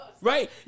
Right